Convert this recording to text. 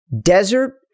desert